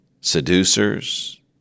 seducers